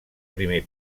primer